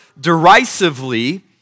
derisively